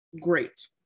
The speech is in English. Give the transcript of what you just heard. Great